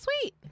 sweet